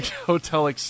Hotel